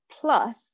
Plus